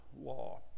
law